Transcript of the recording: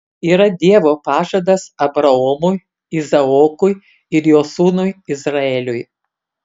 yra dievo pažadas abraomui izaokui ir jo sūnui izraeliui